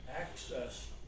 access